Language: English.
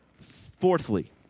Fourthly